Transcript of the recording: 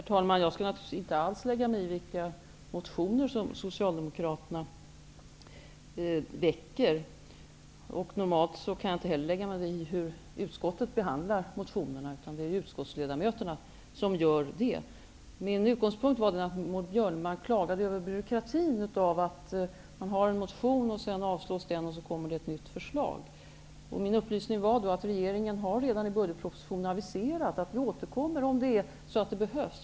Herr talman! Jag skall naturligtvis inte alls lägga mig i vilka motioner som Socialdemokraterna väcker. Normalt kan jag inte heller lägga mig i hur utskottet behandlar motionerna. Det är utskottsledamöterna som gör det. Min utgångspunkt var att Maud Björnemalm klagade över byråkratin i att man har väckt en motion som avslås och att det sedan kommer ett nytt förslag. Min upplysning var då att regeringen redan i budgetpropositionen har aviserat att man skall återkomma om det behövs.